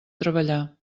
treballar